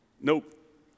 nope